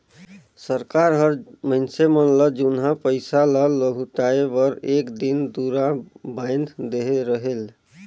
सरकार हर मइनसे मन ल जुनहा पइसा ल लहुटाए बर एक दिन दुरा बांएध देहे रहेल